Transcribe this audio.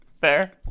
Fair